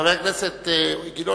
חבר הכנסת גילאון,